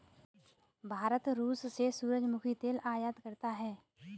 भारत रूस से सूरजमुखी तेल आयात करता हैं